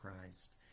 Christ